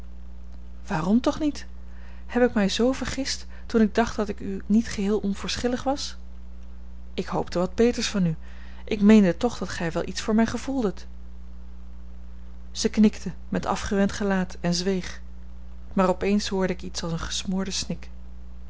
waarom toch niet heb ik mij zoo vergist toen ik dacht dat ik u niet geheel onverschillig was ik hoopte wat beters van u ik meende toch dat gij wel iets voor mij gevoeldet zij knikte met afgewend gelaat en zweeg maar op eens hoorde ik iets als een